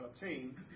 obtain